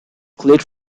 clade